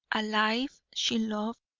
a life she loved,